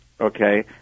okay